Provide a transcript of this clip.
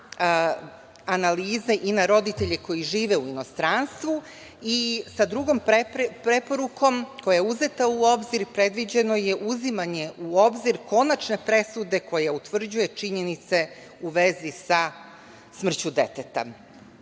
analize i na roditelje koji žive u inostranstvu i sa drugom preporukom, koja je uzeta u obzir, predviđeno je uzimanje u obzir konačne presude koja utvrđuje činjenice u vezi sa smrću deteta.